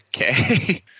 Okay